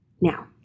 Now